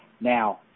Now